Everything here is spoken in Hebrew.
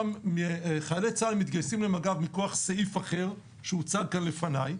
כי חיילי צה"ל מתגייסים למג"ב מכוח סעיף אחר שהוצג כאן לפניי,